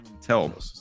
Tell